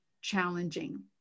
challenging